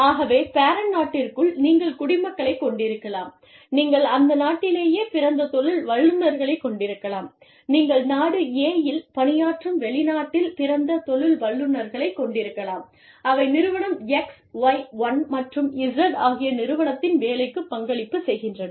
ஆகவே பேரண்ட் நாட்டிற்குள் நீங்கள் குடிமக்களைக் கொண்டிருக்கலாம் நீங்கள் அந்த நாட்டிலேயே பிறந்த தொழில் வல்லுநர்களைக் கொண்டிருக்கலாம் நீங்கள் நாடு A இல் பணியாற்றும் வெளிநாட்டில் பிறந்த தொழில் வல்லுநர்களைக் கொண்டிருக்கலாம் அவை நிறுவனம் X Y1 மற்றும் Z ஆகிய நிறுவனத்தின் வேலைக்குப் பங்களிப்பு செய்கின்றன